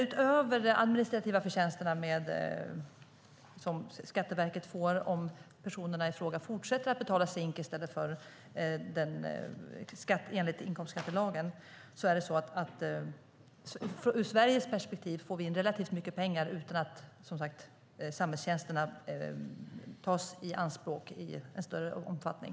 Utöver de administrativa förtjänster som Skatteverket får om personerna i fråga fortsätter att betala SINK i stället för skatt enligt inkomstskattelagen får vi ur Sveriges perspektiv in relativt mycket pengar utan att samhällstjänsterna tas i anspråk i någon större omfattning.